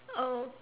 oh